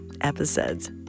episodes